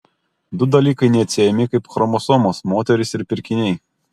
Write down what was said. du dalykai neatsiejami kaip chromosomos moterys ir pirkiniai